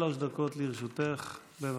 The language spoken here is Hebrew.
שלוש דקות לרשותך, בבקשה.